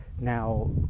now